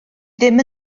ddim